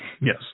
Yes